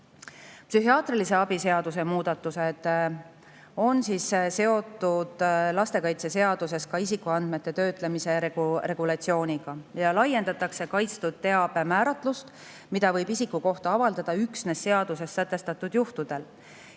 Psühhiaatrilise abi seaduse muudatused on seotud lastekaitseseaduses isikuandmete töötlemise regulatsiooniga. Laiendatakse kaitstud teabe määratlust, mida võib isiku kohta avaldada üksnes seaduses sätestatud juhtudel.